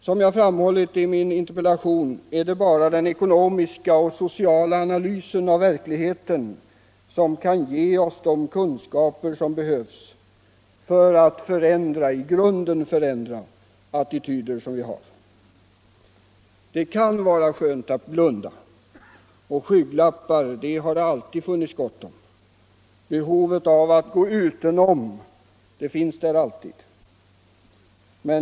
Som jag framhållit i min interpellation är det bara den ekonomiska och sociala analysen av verkligheten som kan ge oss de kunskaper som behövs för att i grunden förändra attityder som vi har. Det kan vara skönt att blunda, och skygglappar har det alltid funnits gott om. Behovet av att gå udenom finns där alltid.